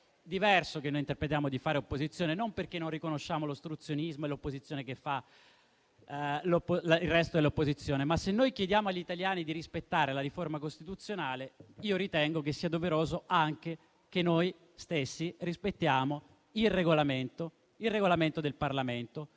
che noi interpretiamo, non perché non riconosciamo l'ostruzionismo e la modalità usata dal resto dell'opposizione, ma se chiediamo agli italiani di rispettare la riforma costituzionale, io ritengo che sia doveroso anche che noi stessi rispettiamo il Regolamento del Parlamento